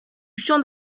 champ